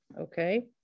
okay